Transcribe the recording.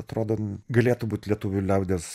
atrodo galėtų būt lietuvių liaudies